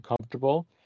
comfortable